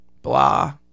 Blah